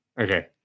Okay